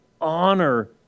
honor